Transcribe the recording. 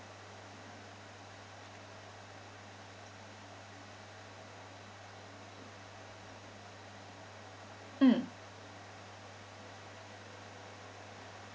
mm